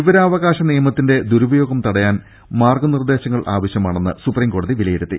വിവരാവകാശ നിയമത്തിന്റെ ദുരുപയോഗം തടയാൻ മാർഗ്ഗ നിർദേശങ്ങൾ ആവ ശ്യമാണെന്ന് സുപ്രീംകോടതി വിലയിരുത്തി